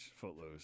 Footloose